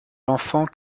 l’enfant